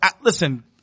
listen